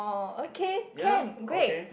oh okay can great